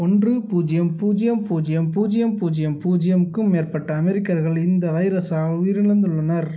ஒன்று பூஜ்ஜியம் பூஜ்ஜியம் பூஜ்ஜியம் பூஜ்ஜியம் பூஜ்ஜியம் பூஜ்ஜியம் பூஜ்ஜியம் க்கும் மேற்பட்ட அமெரிக்கர்கள் இந்த வைரஸால் உயிரிழந்துள்ளனர்